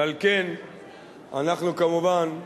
ועל כן אנחנו, כמובן,